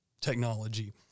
technology